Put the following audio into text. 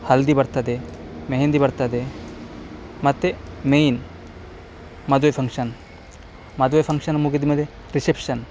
ಹಳದಿ ಬರ್ತದೆ ಮೆಹೆಂದಿ ಬರ್ತದೆ ಮತ್ತೆ ಮೈನ್ ಮದುವೆ ಫಂಕ್ಷನ್ ಮದುವೆ ಫಂಕ್ಷನ್ ಮುಗಿದಮೇಲೆ ರಿಸೆಪ್ಷನ್